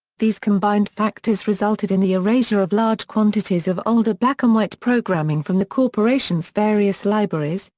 these combined factors resulted in the erasure of large quantities of older black-and-white programming from the corporation's various libraries,